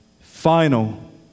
final